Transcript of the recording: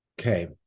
Okay